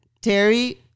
Terry